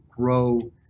grow